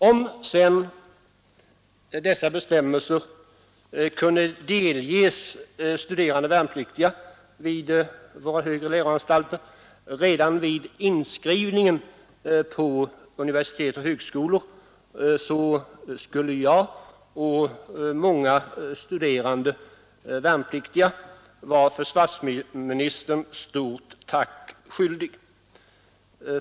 Om sedan dessa bestämmelser kunde delges värnpliktiga studerande vid våra högre läroanstalter redan vid inskrivningen vid universitet och högskolor, skulle jag och många studerande värnpliktiga vara försvarsministern stor tack skyldiga.